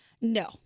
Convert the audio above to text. No